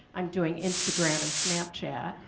i'm doing instagram and snapchat.